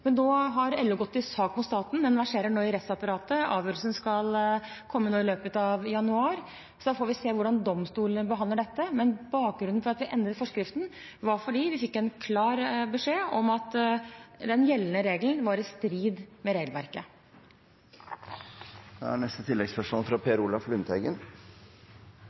Men så har LO gått til sak mot staten. Den verserer nå i rettsapparatet. Avgjørelsen skal komme i løpet av januar, så da får vi se hvordan domstolene behandler dette. Men bakgrunnen for at vi endret forskriften, var at vi fikk en klar beskjed om at den gjeldende regelen var i strid med regelverket.